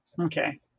okay